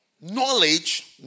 knowledge